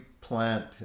plant